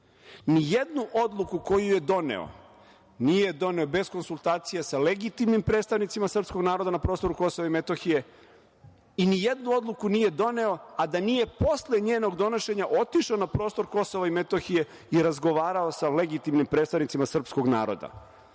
Ni jednu odluku koju je doneo nije doneo bez konsultacije sa legitimnim predstavnicima srpskog naroda na prostoru KiM i ni jednu odluku nije doneo, a da nije posle njenog donošenja otišao na prostor KiM i razgovarao sa legitimnim predstavnicima srpskog naroda.